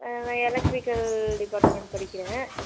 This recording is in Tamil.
நான் எலெக்ட்ரிக்கல் டிப்பார்ட்மெண்ட் படிக்கிறேன்